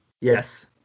Yes